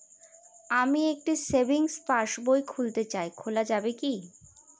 আমি একটি সেভিংস পাসবই খুলতে চাই খোলা যাবে কি?